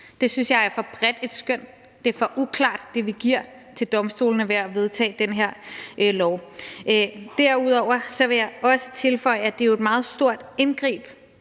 Det synes jeg er for bredt et skøn, det er for uklart, altså det, vi giver til domstolene ved at vedtage det her lovforslag. Derudover vil jeg også tilføje, at det jo er et meget stort indgreb